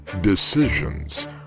Decisions